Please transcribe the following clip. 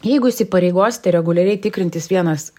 jeigu įsipareigosite reguliariai tikrintis vienas